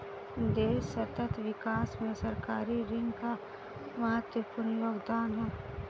देश सतत विकास में सरकारी ऋण का महत्वपूर्ण योगदान है